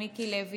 מיקי לוי,